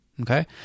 Okay